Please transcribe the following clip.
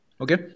Okay